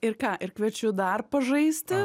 ir ką ir kviečiu dar pažaisti